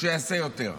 שיעשה יותר.